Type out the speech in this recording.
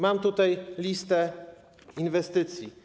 Mam tutaj listę inwestycji.